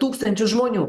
tūkstančius žmonių